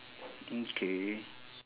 okay